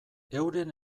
euren